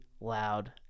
loud